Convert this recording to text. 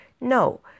No